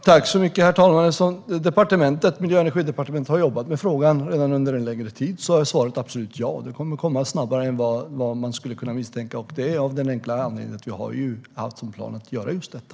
Herr talman! Då Miljö och energidepartementet redan har jobbat med frågan under en längre tid är svaret absolut ja. Det kommer att komma snabbare än man skulle kunna misstänka, och det är av den enkla anledningen att vi har haft som plan att göra just detta.